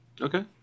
Okay